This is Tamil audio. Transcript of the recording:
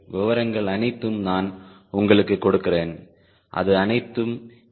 விவரங்கள் அனைத்தும் நான் உங்களுக்குக் கொடுக்கிறேன் அது அனைத்தும் எஃப்